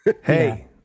Hey